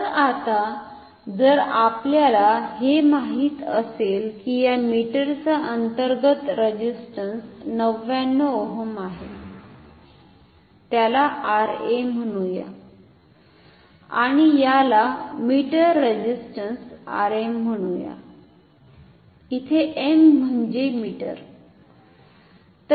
तर आता जर आपल्याला हे माहित असेल की या मीटरचा अंतर्गत रेझिस्टंस 99 ओह्म आहे त्याला Ra म्हणुया किंवा याला मीटर रेझिस्टंस Rm म्हणूया इथे m म्हणजे मीटर